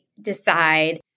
decide